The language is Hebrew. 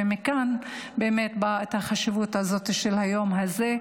ומכאן באה החשיבות של היום הזה,